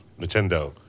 Nintendo